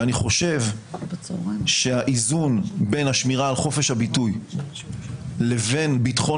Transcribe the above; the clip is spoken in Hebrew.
ואני חושב שהאיזון בין השמירה על חופש הביטוי לבין ביטחון